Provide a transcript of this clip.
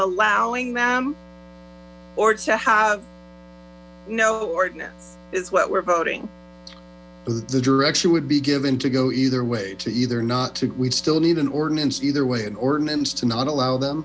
allowing them or to have no ordinance is what we're voting the direction would be given to go either way to either not we'd still need an ordinance either way an ordinance to not allow them